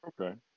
Okay